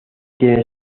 tiene